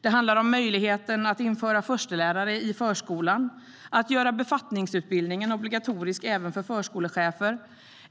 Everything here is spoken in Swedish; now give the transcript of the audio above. Det handlar om möjligheten att införa förstelärare i förskolan, att göra befattningsutbildningen obligatorisk även för förskolechefer,